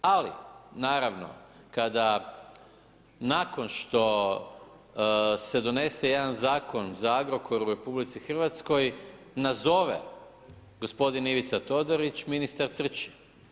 Ali naravno kada nakon što se donese jedan zakon za Agrokor u RH, nazove gospodin Ivica Todorić, ministar trči.